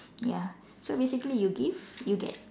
ya so basically you give you get